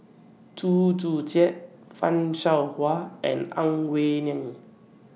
Chew Joo Chiat fan Shao Hua and Ang Wei Neng